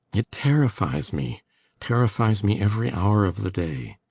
it terrifies me terrifies me every hour of the day.